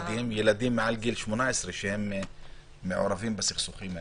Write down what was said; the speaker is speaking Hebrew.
ילדים מעל גיל 18 שהם מעורבים בסכסוכים האלה?